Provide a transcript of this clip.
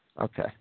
Okay